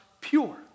pure